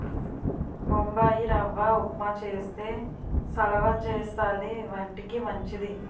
బొంబాయిరవ్వ ఉప్మా చేస్తే సలవా చేస్తది వంటికి మంచిది